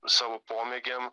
savo pomėgiam